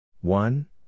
one